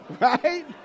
right